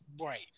Right